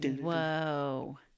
Whoa